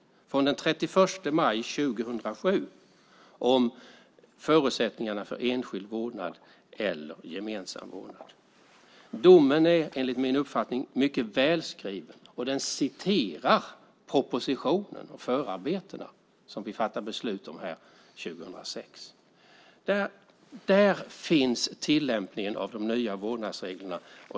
Domen är från den 31 maj 2007 om förutsättningarna för enskild vårdnad eller gemensam vårdnad. Domen är, enligt min uppfattning, mycket välskriven, och den citerar propositionen och förarbetena som vi fattade beslut om här 2006. Där finns tillämpningen av de nya vårdnadsreglerna.